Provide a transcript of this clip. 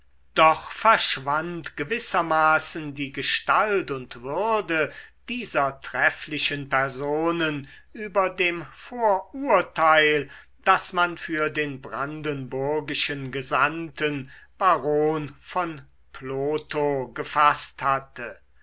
doch verschwand gewissermaßen die gestalt und würde dieser trefflichen personen über dem vorurteil das man für den brandenburgischen gesandten baron von plotho gefaßt hatte